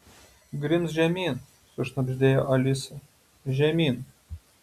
grimzk žemyn sušnabždėjo alisa žemyn